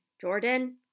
Jordan